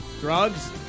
drugs